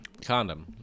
Condom